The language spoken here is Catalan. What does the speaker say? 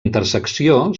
intersecció